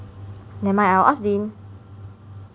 never mind I'll ask Dean